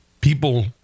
people